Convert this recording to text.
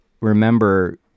remember